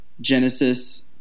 Genesis